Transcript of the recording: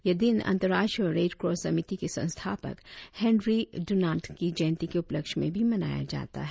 यह दिन अंतराष्ट्रीय रेडक्रॉस समिति के संस्थापक हेनरी ड़ुनान्ट की जयंती के उपलक्ष्य में भी मनाया जाता है